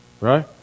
right